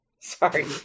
Sorry